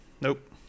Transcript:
Nope